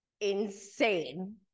insane